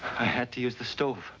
i had to use the stove